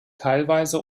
teilweise